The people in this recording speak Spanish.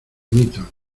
amito